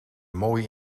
mooi